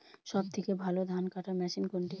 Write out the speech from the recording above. সবথেকে ভালো ধানকাটা মেশিন কোনটি?